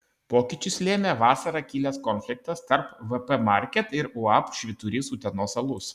pokyčius lėmė vasarą kilęs konfliktas tarp vp market ir uab švyturys utenos alus